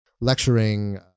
lecturing